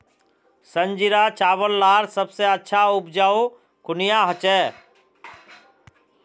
संजीरा चावल लार सबसे अच्छा उपजाऊ कुनियाँ होचए?